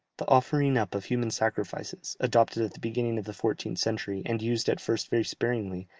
the offering up of human sacrifices, adopted at the beginning of the fourteenth century, and used at first very sparingly,